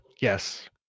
Yes